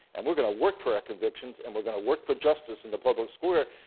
and we're going to work for our convictions, and we're going to work for justice in the public square.